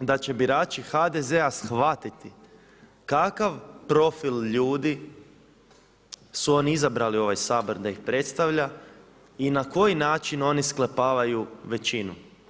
da će birači HDZ-a shvatiti kakav profil ljudi su oni izabrali u ovaj Sabor da ih predstavlja i na koji način oni sklepavaju većinu.